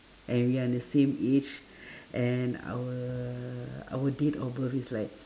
and we are the same age and our our date of birth is like